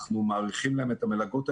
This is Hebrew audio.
אנחנו מאריכים להם את המלגות.